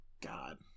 God